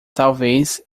talvez